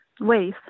ways